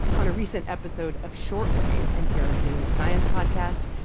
on a recent episode of short wave, npr's daily science podcast,